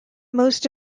most